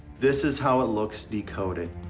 this is how it looks decoded.